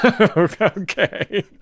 Okay